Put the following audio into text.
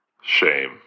Shame